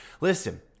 Listen